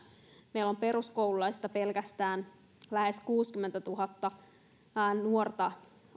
meillä pelkästään peruskoululaisista lähes kuusikymmentätuhatta lasta ja nuorta